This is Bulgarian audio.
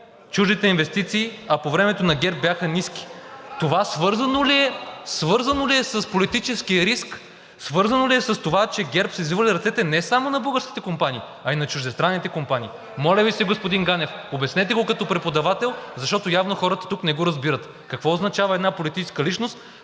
чуждите инвестиции, а по времето на ГЕРБ бяха ниски. (Шум и реплики от ГЕРБ-СДС.) Това свързано ли е с политическия риск, свързано ли е с това, че ГЕРБ са извивали ръцете не само на българските компании, а и на чуждестранните компании? Моля Ви се, господин Ганев, обяснете го като преподавател, защото явно хората тук не го разбират: какво означава една политическа личност